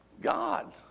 God